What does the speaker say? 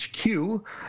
HQ